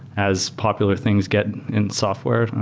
as popular things get in software.